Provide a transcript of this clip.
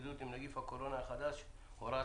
להתמודדות עם נגיף הקורונה החדש (הוראת